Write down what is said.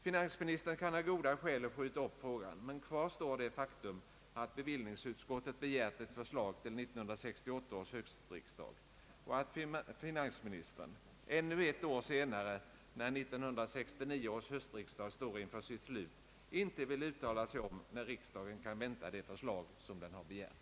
Finansministern kan ha goda skäl att skjuta upp frågan, men kvar står det faktum att bevillningsutskottet begärt ett förslag till 1968 års höstriksdag och att finansminsitern — ännu ett år senare när 1969 års höstriksdag står inför sitt slut — inte vill uttala sig om när riksdagen kan vänta det begärda förslaget.